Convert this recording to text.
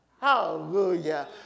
Hallelujah